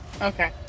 Okay